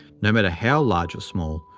no matter how large or small,